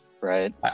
right